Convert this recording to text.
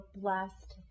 blessed